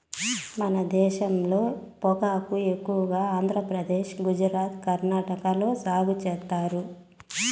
మన దేశంలో పొగాకును ఎక్కువగా ఆంధ్రప్రదేశ్, గుజరాత్, కర్ణాటక లో సాగు చేత్తారు